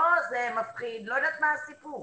לא יודעת מה הסיפור,